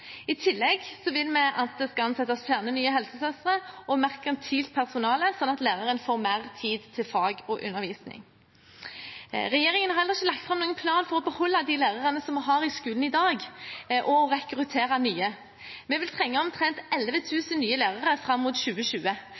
I tillegg vil vi at det skal ansettes flere nye helsesøstre og merkantilt personale, slik at læreren får mer tid til fag og undervisning. Regjeringen har heller ikke lagt fram noen plan for å beholde de lærerne vi har i skolen i dag, og å rekruttere nye. Vi vil trenge omtrent 11 000 nye lærere fram mot 2020.